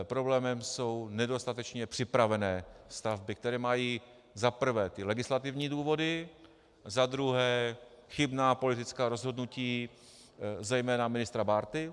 Problémem jsou nedostatečně připravené stavby, které mají za prvé legislativní důvody a za druhé chybná politická rozhodnutí zejména ministra Bárty.